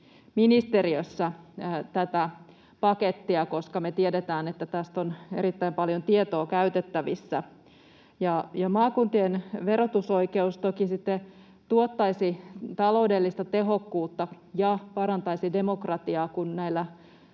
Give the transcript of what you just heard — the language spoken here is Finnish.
ministeriössä tätä pakettia, koska me tiedetään, että tästä on erittäin paljon tietoa käytettävissä. Maakuntien verotusoikeus toki sitten tuottaisi taloudellista tehokkuutta ja parantaisi demokratiaa, kun näillä